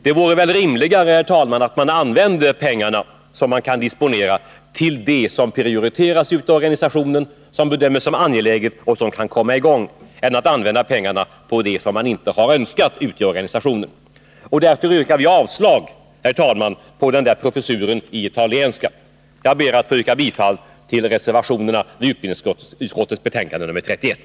Det vore rimligare, herr talman, att använda de pengar som finns att disponera till det som prioriterats ute i organisationen — som bedöms som angeläget och som kan komma i gång — än att använda pengarna på något som man där inte har önskat. Därför yrkar vi, herr talman, avslag på den föreslagna professuren i italienska. Jag ber, herr talman, att få yrka bifall till reservationerna vid utbildningsutskottets betänkande nr 31.